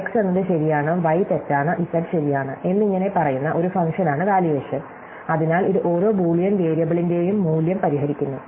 X എന്നത് ശരിയാണ് y തെറ്റാണ് z ശരിയാണ് എന്നിങ്ങനെ പറയുന്ന ഒരു ഫംഗ്ഷനാണ് വാല്യുവേഷൻ അതിനാൽ ഇത് ഓരോ ബൂളിയൻ വേരിയബിളിന്റെയും മൂല്യം പരിഹരിക്കുന്നു